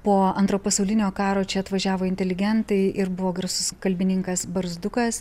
po antro pasaulinio karo čia atvažiavo inteligentai ir buvo garsus kalbininkas barzdukas